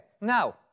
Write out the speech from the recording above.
Now